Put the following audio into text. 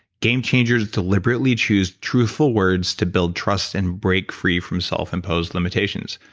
game changers deliberately choose truthful words to build trust and break free from self-imposed limitations.